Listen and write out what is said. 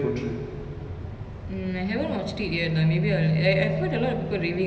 I'll give it a watch one of these days they released it on um Amazon Prime is it